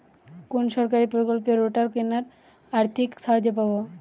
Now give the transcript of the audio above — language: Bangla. কোন সরকারী প্রকল্পে রোটার কেনার আর্থিক সাহায্য পাব?